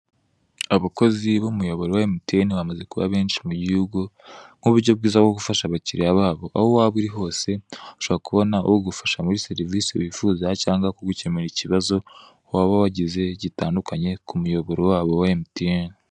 Abakozi b'umuyoboro wa emutiyene bamaze kuba benshi mu gihugu nk'uburyo bwiza bwo gufasha abakiriya babo, aho waba uri hose ushobora kubona ugufasha muri serivise wifuza cyangwa kugukemurira ikibazo waba wagize gitandukanye k'umuyoboro wabo wa emutiyene.